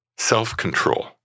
self-control